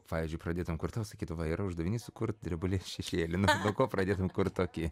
pavyzdžiui pradėtum kur tau sakytų va ir uždavinys sukurt drebulės šešėlį nuo cha ko pradėtum kurt tokį